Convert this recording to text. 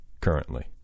currently